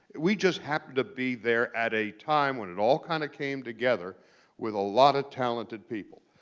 we just happened to be there at a time when it all kind of came together with a lot of talented people.